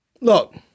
look